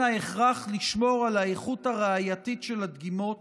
ההכרח לשמור על האיכות הראייתית של הדגימות